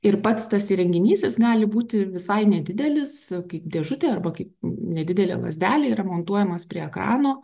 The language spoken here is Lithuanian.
ir pats tas įrenginys jis gali būti visai nedidelis kaip dėžutė arba kaip nedidelė lazdelė yra montuojamas prie ekrano